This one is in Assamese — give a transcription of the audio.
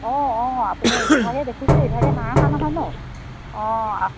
অঁ অঁ আপুনি ইভাগে দেখিছে ইভাগে নাই অহা নহয় ন অঁ